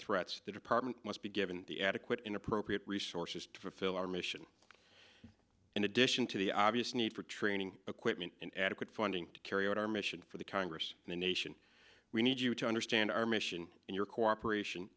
combat threats department must be given the adequate in appropriate resources to fulfill our mission in addition to the obvious need for training equipment and adequate funding to carry out our mission for the congress and the nation we need you to understand our mission and your cooperation